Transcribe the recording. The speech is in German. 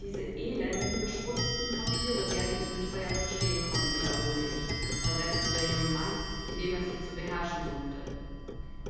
diese elenden beschmutzten papiere werden ihnen teuer zu stehen kommen wiederhole ich versetzte der junge mann indem er sich zu beherrschen suchte